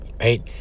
right